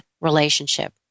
relationship